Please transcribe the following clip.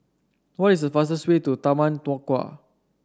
what is the fastest way to Taman Nakhoda